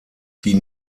die